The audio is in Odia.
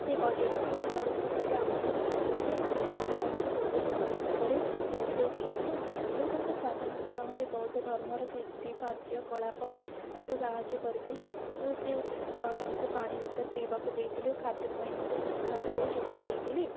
ସେହି ପର୍ଯ୍ୟଟକ ଏସବୁ ବିଷୟରେ ଆମକୁ ପଚାରିଥିଲେ ଆମେ ତାଙ୍କୁ ବହୁତ ଭଲ ଭାବରେ ବୁଝାଇ ଦେଇଥିଲୁ ମୁଁ ତାଙ୍କୁ ସାଧାରଣତଃ ବୌଦ୍ଧ ଧର୍ମର କୀର୍ତ୍ତି କାର୍ଯ୍ୟକଳାପ ତାଙ୍କୁ ସାହାଯ୍ୟ କରିଥିଲି ଓ ସେ ତାଙ୍କୁ ପାଣି ବୋତଲ ପିଇବାକୁ ଦେଇଥିଲି ଓ ଖାଦ୍ୟ ପାଇଁ ମଧ୍ୟ କିଛି ସାମଗ୍ରୀ ଯୋଗାଇ ଦେଇଥିଲି